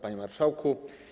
Panie Marszałku!